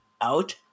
out